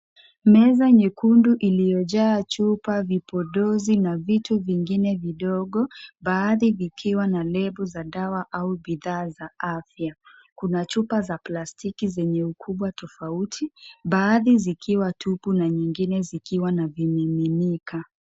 Meza nyekundu iliyojaa chupa, vipodozi na vitu vingine vidogo baadhi vikiwa na nembo za dawa au bidhaa za afya. Kuna chupa za plastiki zenye ukubwa tofauti baadhi zikiwa tupu na nyingine zikiwa na vimiminika.